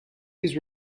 his